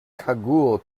cagoule